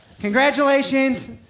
Congratulations